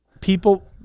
people